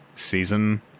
Season